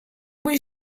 was